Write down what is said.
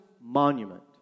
monument